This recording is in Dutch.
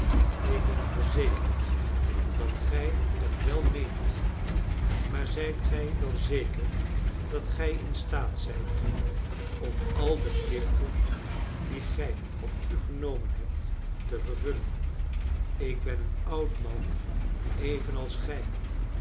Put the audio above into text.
ik ben verzekerd dat gij het wel meent maar zijt gij wel zeker dat gij in staat zijt om al de plichten die gij op u genomen hebt te vervullen ik ben een oud man evenals gij